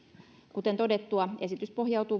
kuten todettua esitys pohjautuu